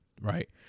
right